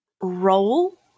roll